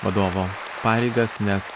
vadovo pareigas nes